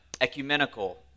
ecumenical